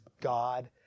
God